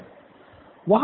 professor वाह